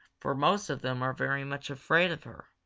for most of them are very much afraid of her.